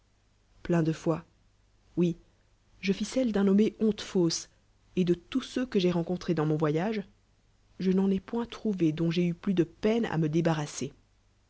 d'humiliation plein de foi oui je fis celle d'un nommé honte fausse et de tous ceux que j'ai rencontré dans mon voyage je n'en ai point trouvé dont j'aie eu plus de peine à me débarrasser